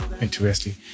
Interesting